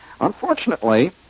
unfortunately